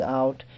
out